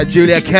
Julia